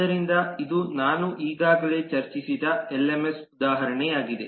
ಆದ್ದರಿಂದ ಇದು ನಾನು ಈಗಾಗಲೇ ಚರ್ಚಿಸಿದ ಎಲ್ಎಂಎಸ್ ಉದಾಹರಣೆಯಾಗಿದೆ